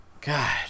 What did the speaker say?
God